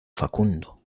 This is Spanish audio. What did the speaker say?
facundo